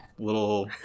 Little